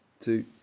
two